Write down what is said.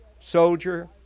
soldier